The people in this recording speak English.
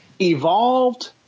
evolved